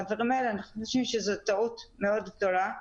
אנחנו חושבים שזו טעות גדולה מאוד.